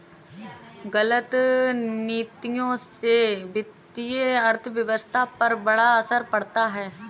गलत नीतियों से वित्तीय अर्थव्यवस्था पर बड़ा असर पड़ता है